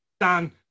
Dan